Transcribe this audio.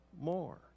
more